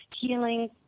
healing